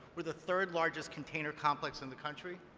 we're the third largest container complex in the country.